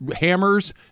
hammers